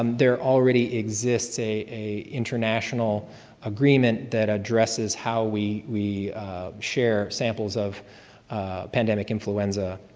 um there already exists a a international agreement that addresses how we we share samples of pandemic influenza